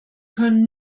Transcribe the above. können